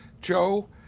Joe